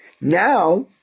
now